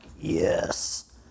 yes